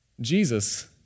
Jesus